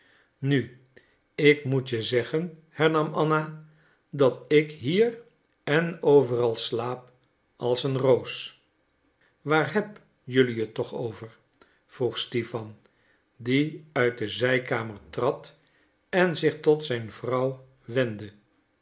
nu ik moet je zeggen hernam anna dat ik hier en overal slaap als een roos waar heb jelui het toch over vroeg stipan die uit de zijkamer trad en zich tot zijn vrouw wendde